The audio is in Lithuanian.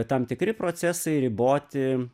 tam tikri procesai riboti